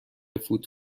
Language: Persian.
فوت